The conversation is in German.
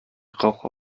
rauch